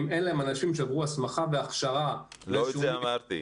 אם אין להם אנשים שעברו הסמכה והכשרה --- לא את זה אמרתי.